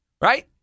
right